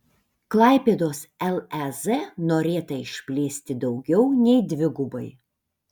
klaipėdos lez norėta išplėsti daugiau nei dvigubai